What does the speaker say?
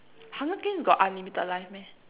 hunger games got unlimited life meh